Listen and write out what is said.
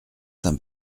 saint